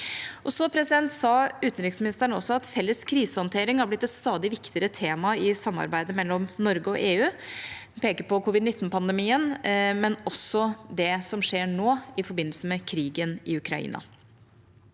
Utenriksministeren sa også at felles krisehåndtering har blitt et stadig viktigere tema i samarbeidet mellom Norge og EU. Hun peker på covid-19-pandemien, men også på det som skjer nå i forbindelse med krigen i Ukraina.